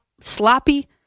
sloppy